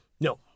No